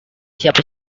siapa